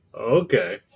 okay